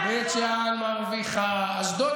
אבל מה עם בית שאן, עם אשדוד,